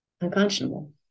unconscionable